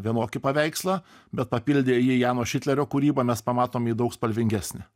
vienokį paveikslą bet papildę jį jano šitlerio kūryba mes pamatom jį daug spalvingesnį